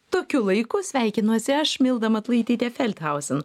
tokiu laiku sveikinuosi aš milda matulaitytė felthauzin